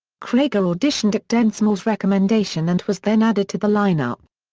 krieger auditioned at densmore's recommendation and was then added to the lineup.